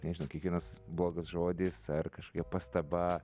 nežinau kiekvienas blogas žodis ar kažkokia pastaba